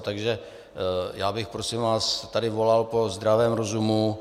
Takže já bych prosím vás tady volal po zdravém rozumu.